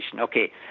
Okay